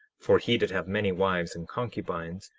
for he did have many wives and concubines,